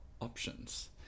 options